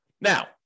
Now